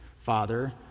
Father